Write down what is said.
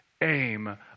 aim